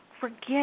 Forget